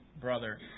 brother